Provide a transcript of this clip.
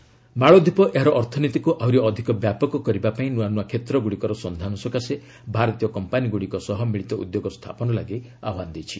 Maldives India ଏକୁପୋ ମାଳଦୀପ ଏହାର ଅର୍ଥନୀତିକୁ ଆହୁରି ଅଧିକ ବ୍ୟାପକ କରିବା ପାଇଁ ନୂଆନୂଆ କ୍ଷେତ୍ରଗୁଡ଼ିକର ସନ୍ଧାନ ସକାଶେ ଭାରତୀୟ କମ୍ପାନିଗୁଡ଼ିକ ସହ ମିଳିତ ଉଦ୍ୟୋଗ ସ୍ଥାପନ ଲାଗି ଆହ୍ପାନ ଦେଇଛି